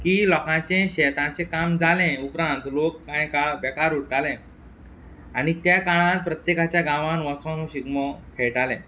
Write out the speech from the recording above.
की लोकांचें शेताचें काम जालें उपरांत लोक कांय काळ बेकार उरताले आनी त्या काळान प्रत्येकाच्या गांवान वचून हो शिगमो खेळटाले